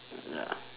ya